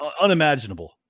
unimaginable